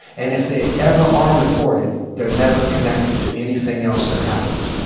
and if the ever are reported they're never connected to anything else that happens.